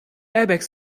airbags